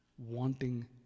wanting